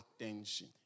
attention